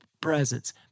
presence